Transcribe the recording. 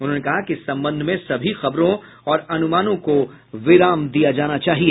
उन्होंने कहा कि इस संबंध में सभी खबरों और अनुमानों को विराम दिया जाना चाहिए